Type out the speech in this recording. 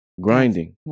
grinding